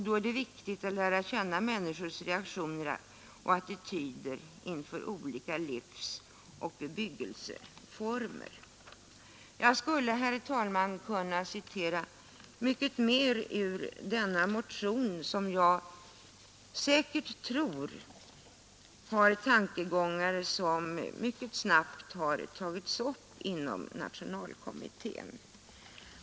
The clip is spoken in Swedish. Då är det viktigt att lära känna människors reaktioner och attityder inför olika livsoch bebyggelseformer. Jag skulle, herr talman, kunna citera mycket mer ur denna motion, som säkert har tankegångar vilka mycket snabbt har tagits upp inom nationalkommittén.